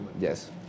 Yes